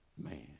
man